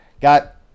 got